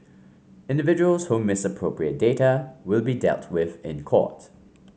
individuals who misappropriate data will be dealt with in court